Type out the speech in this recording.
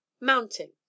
mounting